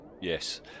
Yes